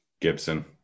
Gibson